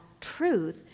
truth